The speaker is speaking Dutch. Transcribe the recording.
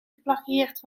geplagieerd